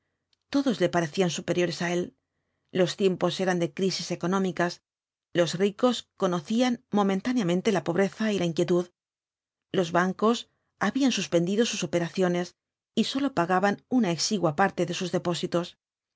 todos le parecían superiores á él los tiempos eran de crisis económicas los ricos conocían momentáneamente la pobreza y la inquietud los bancos habían suspendido sus operaciones y sólo pagaban una exigua parte de sus depósitos